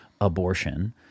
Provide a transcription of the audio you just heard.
abortion